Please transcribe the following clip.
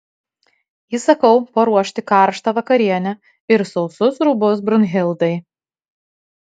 įsakau paruošti karštą vakarienę ir sausus rūbus brunhildai